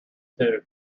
too